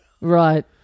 Right